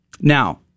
Now